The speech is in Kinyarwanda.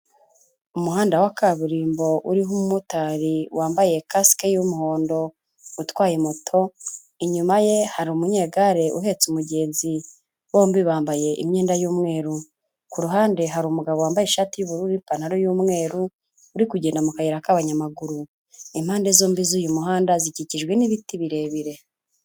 Umuhanda wa kaburimbo, uriho umumotari wambaye kasike y'umuhondo utwaye moto, inyuma ye hari umunyegare uhetse umugenzi bombi bambaye imyenda y'umweru, ku ruhande hari umugabo wambaye ishati y'ubururu n'ipantaro y'umweru, uri kugenda mu kayira k'abanyamaguru. Impande zombi z'uyu muhanda zikikijwe n'ibiti birebire.